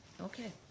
okay